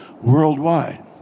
worldwide